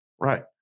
right